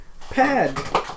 pad